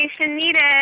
needed